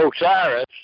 Osiris